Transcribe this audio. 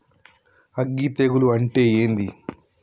అగ్గి తెగులు అంటే ఏంది?